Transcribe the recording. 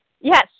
Yes